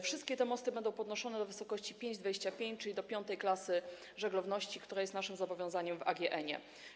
Wszystkie te mosty będą podnoszone do wysokości 5,25, czyli do piątej klasy żeglowności, która jest naszym zobowiązaniem na podstawie AGN.